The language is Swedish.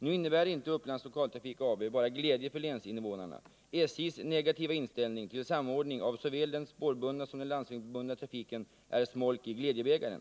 Nu innebär inte Upplands Lokaltrafik AB bara glädje för länsinnevånarna. SJ:s negativa inställning till samordning av såväl den spårbundna som den landsvägsbundna trafiken är smolk i glädjebägaren.